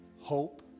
hope